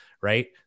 right